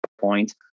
point